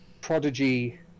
prodigy